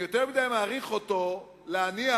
אני יותר מדי מעריך אותו כדי להניח